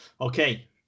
Okay